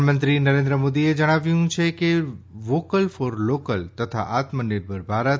પ્રધાનમંત્રી નરેન્દ્ર મોદીએ જણાવ્યું છે કે વોકલ ફોર લોકલ તથા આત્મનિર્ભર ભારત